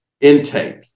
intake